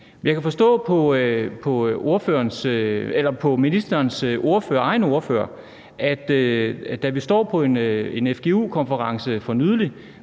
Jeg kan forstå på ministerens egen ordfører, da vi står på en fgu-konference for nylig,